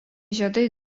žiedai